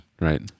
Right